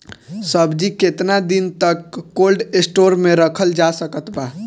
सब्जी केतना दिन तक कोल्ड स्टोर मे रखल जा सकत बा?